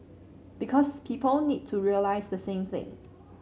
because people need to realise the same thing